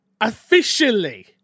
officially